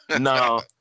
No